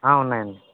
ఉన్నాయండి